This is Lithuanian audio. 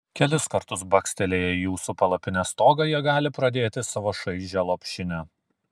kelis kartus bakstelėję į jūsų palapinės stogą jie gali pradėti savo šaižią lopšinę